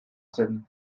zen